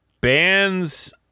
bands